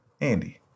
Andy